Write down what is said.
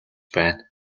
байна